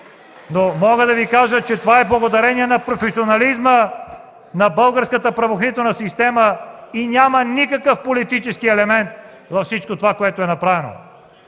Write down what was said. Но мога да Ви кажа, че това е благодарение на професионализма на българската правоохранителна система и няма никакъв политически елемент във всичко, което е направено.